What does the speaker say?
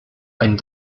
ein